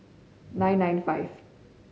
nine nine five